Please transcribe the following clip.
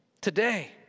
today